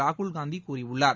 ராகுல்காந்தி கூறியுள்ளார்